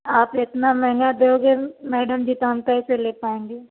आप इतना महँगा दे देन मैडम जी तो हम कैसे ले पाएँगे